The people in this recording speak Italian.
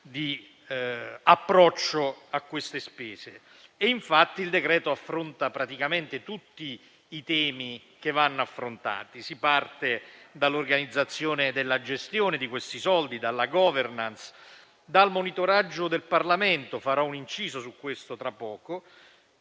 di approccio a determinate spese. Il decreto affronta infatti praticamente tutti i temi che vanno trattati. Si parte dall'organizzazione della gestione delle risorse, dalla *governance*, dal monitoraggio del Parlamento e farò un inciso su questo tra poco.